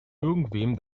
irgendwem